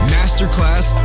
Masterclass